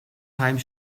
time